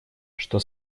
что